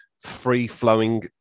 free-flowing